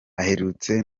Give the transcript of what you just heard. aherutse